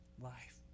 life